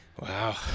Wow